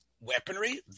weaponry